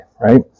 right